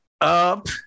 up